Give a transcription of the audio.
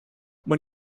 when